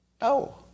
No